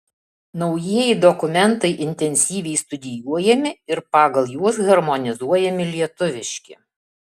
naujieji dokumentai intensyviai studijuojami ir pagal juos harmonizuojami lietuviški